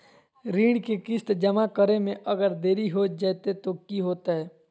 ऋण के किस्त जमा करे में अगर देरी हो जैतै तो कि होतैय?